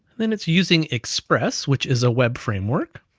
then it's using express, which is a web framework,